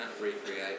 recreate